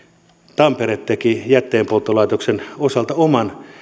tampere teki jätteenpolttolaitoksen osalta oman